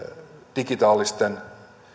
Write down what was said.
digitaalisten